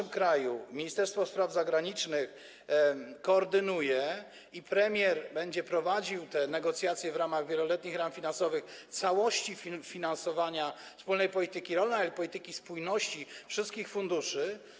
Ministerstwo Spraw Zagranicznych to koordynuje, premier będzie prowadził te negocjacje w ramach wieloletnich ram finansowych, całości finansowania wspólnej polityki rolnej, ale i polityki spójności, wszystkich funduszy.